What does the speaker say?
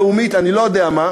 בין-לאומית, אני לא יודע מה,